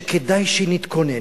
שכדאי שנתכונן.